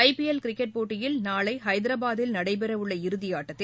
ஐ P L cricket போட்டியில் நாளை ஹைதராபாத்தில் நடைபெறவுள்ள இறுதி ஆட்டத்தில்